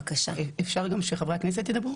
אפשר גם שחברי הכנסת ידברו?